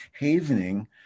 Havening